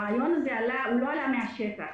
הרעיון הזה לא עלה מן השטח,